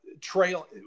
trail